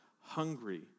hungry